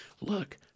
look